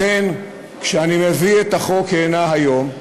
לכן, כשאני מביא את החוק הנה היום,